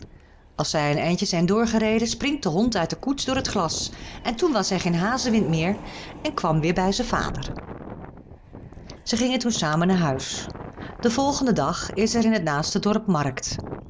als zij een eindje zijn doorgereden springt de hond uit de koets door het glas en toen was hij geen hazewind meer en hij kwam weer bij zijn vader zij gingen toen samen naar huis den volgenden dag is er in het naaste dorp markt